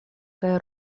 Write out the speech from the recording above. kaj